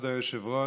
כבוד היושב-ראש,